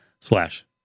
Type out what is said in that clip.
slash